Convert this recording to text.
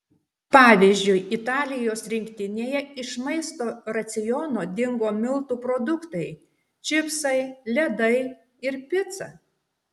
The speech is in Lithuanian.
pavyzdžiui italijos rinktinėje iš maisto raciono dingo miltų produktai čipsai ledai ir pica